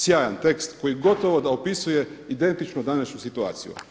Sjajan tekst koji gotovo da opisuje identičnu današnju situaciju.